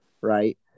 right